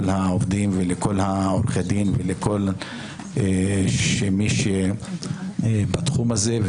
העובדים ולכל עורכי הדין וכל מי שבתחום הזה.